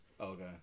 okay